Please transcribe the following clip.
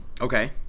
Okay